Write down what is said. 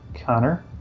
connor